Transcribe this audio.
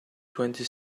twenty